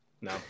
No